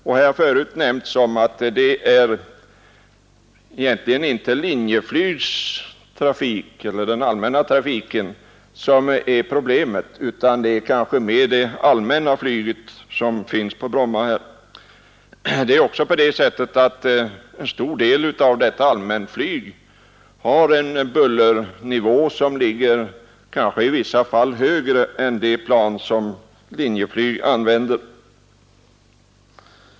Det har här nämnts att det inte är Linjeflygs trafik som är problemet utan kanske mer det allmänna flyg som finns på Bromma. En stor del av detta allmänna flyg har en bullernivå som i vissa fall kanske ligger högre än de plan åstadkommer som Linjeflyg använder.